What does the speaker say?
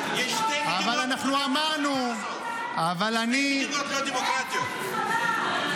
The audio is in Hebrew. אבל אנחנו אמרנו --- יש שתי מדינות לא דמוקרטיות בשיטה הזאת.